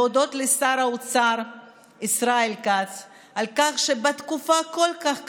ולהודות לשר האוצר ישראל כץ על כך שבתקופה כל כך קשה,